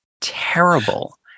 terrible